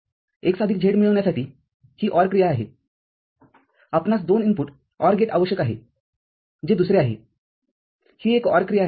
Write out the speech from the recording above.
x आदिक z मिळविण्यासाठी ही OR क्रिया आहेआपणास दोन इनपुट OR गेट आवश्यक आहे जे दुसरे आहे ही एक OR क्रिया आहे